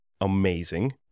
amazing